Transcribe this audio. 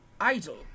idol